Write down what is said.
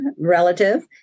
relative